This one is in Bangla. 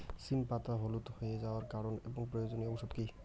সিম পাতা হলুদ হয়ে যাওয়ার কারণ এবং প্রয়োজনীয় ওষুধ কি?